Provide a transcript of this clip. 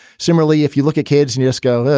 similarly, if you look at kids nipsco.